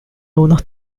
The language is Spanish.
unos